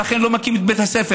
ולכן הוא לא מקים את בית הספר.